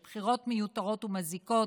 של בחירות מיותרות ומזיקות,